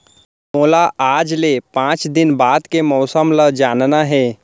मोला आज ले पाँच दिन बाद के मौसम के हाल ल जानना हे?